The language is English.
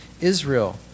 israel